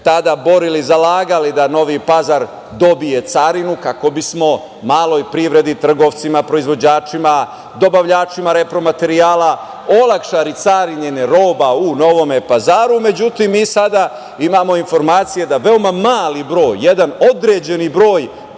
tada borili, zalagali da Novi Pazar dobije carinu kako bismo maloj privredi, trgovcima, proizvođačima, dobavljačima repromaterijala olakšali carinjenje roba u Novom Pazaru. Međutim, mi sada imamo informacije da veoma mali broj, jedan određeni broj